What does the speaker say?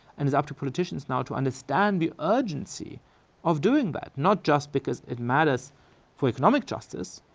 and it's up to politicians now to understand the urgency of doing that. not just because it matters for economic justice,